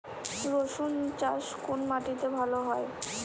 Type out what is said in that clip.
রুসুন চাষ কোন মাটিতে ভালো হয়?